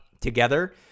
together